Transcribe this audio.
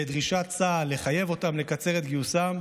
ואת דרישת צה"ל לחייב אותם לקצר את דחיית גיוסם,